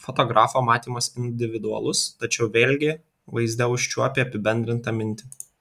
fotografo matymas individualus tačiau vėlgi vaizde užčiuopi apibendrintą mintį